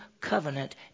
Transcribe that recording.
covenant